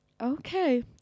okay